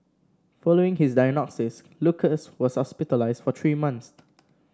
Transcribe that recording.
following his diagnosis Lucas was hospitalised for three months